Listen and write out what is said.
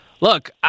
look